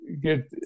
get